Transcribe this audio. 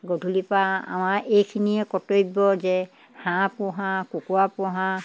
গধূলিৰপৰা আমাৰ এইখিনিয়ে কৰ্তব্য যে হাঁহ পোহা কুকুৰা পোহা